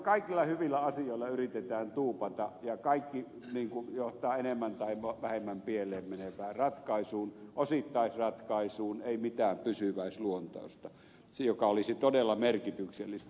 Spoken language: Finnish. kaikilla hyvillä asioilla yritetään tuupata ja kaikki johtaa enemmän tai vähemmän pieleen menevään ratkaisuun osittaisratkaisuun ei mitään pysyväisluontoista joka olisi todella merkityksellistä